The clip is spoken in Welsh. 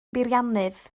beiriannydd